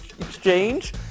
exchange